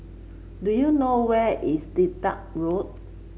do you know where is Dedap Road